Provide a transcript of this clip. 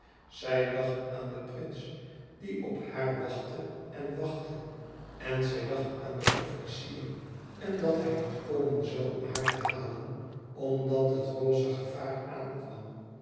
zij dacht aan den prins die op haar wachtte en wachtte en zij dacht aan den officier en dat hij niet komen zoû om haar te halen omdat het rosse gevaar aankwam